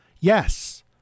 Yes